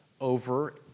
over